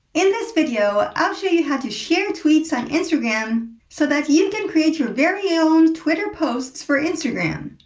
in this video, i'll show you how to share tweets on instagram so that you can create your very own twitter posts for instagram.